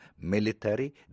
military